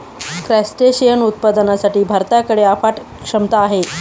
crustacean उत्पादनासाठी भारताकडे अफाट क्षमता आहे